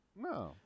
No